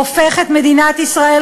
הוא הופך את מדינת ישראל,